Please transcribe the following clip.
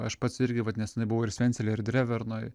aš pats irgi vat neseniai buvau ir svencelėj ir drevernoj